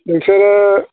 नोंसोरो